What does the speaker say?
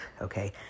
Okay